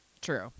True